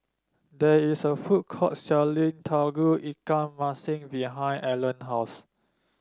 there is a food court selling Tauge Ikan Masin behind Allena house